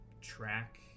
track